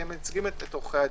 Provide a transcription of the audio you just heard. כי הם מייצגים את עורכי הדין,